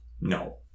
no